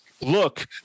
look